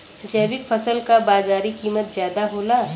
जैविक फसल क बाजारी कीमत ज्यादा होला